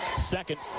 Second